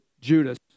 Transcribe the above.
Judas